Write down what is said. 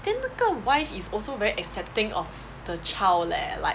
then 那个 wife is also very accepting of the child leh like